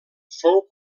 fou